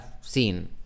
seen